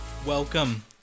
Welcome